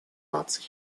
наций